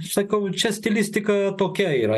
sakau čia stilistika tokia yra